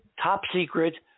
top-secret